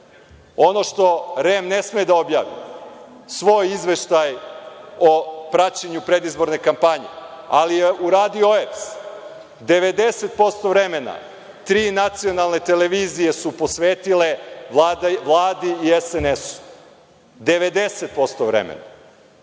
ono što REM ne sme da objavi, svoj izveštaj o praćenju predizborne kampanje, ali je uradio OEBS, 90% vremena tri nacionalne televizije su posvetile Vladi i SNS, 90% vremena